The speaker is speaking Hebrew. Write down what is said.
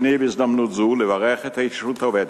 בהזדמנות זו ברצוני לברך את ההתיישבות העובדת,